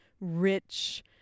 rich